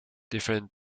different